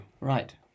right